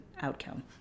outcome